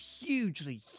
hugely